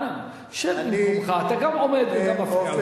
אנא, שב במקומך, אתה גם עומד וגם מפריע.